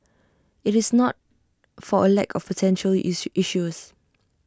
IT is not for A lack of potential issuer issuers